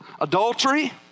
Adultery